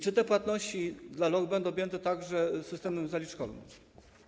Czy te płatności dla loch będą objęte także systemem zaliczkowym?